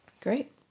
Great